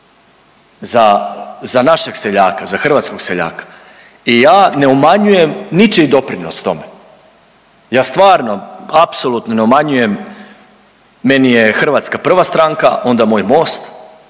za našeg seljaka, za hrvatskog seljaka. I ja ne umanjujem ničiji doprinos tome, ja stvarno apsolutno ne umanjujem, meni je Hrvatska prva stranka onda moj Most,